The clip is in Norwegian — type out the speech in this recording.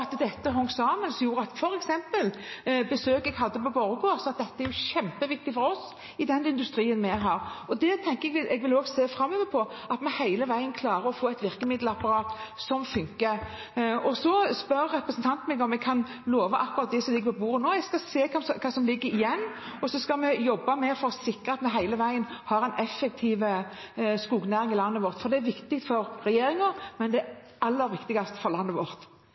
at dette hang sammen. Det gjorde at de f.eks. under det besøket jeg hadde på Borregaard, sa at dette var kjempeviktig for dem i den industrien de har. Dette vil jeg også se på framover, at vi hele veien klarer å ha et virkemiddelapparat som funker. Så spør representanten Greni meg om jeg kan love noe om akkurat det som ligger på bordet nå. Jeg skal se hva som ligger igjen, og så skal vi jobbe med å få sikret at vi hele veien har en effektiv skognæring i landet vårt, for det er viktig for regjeringen, men det er aller viktigst for landet vårt.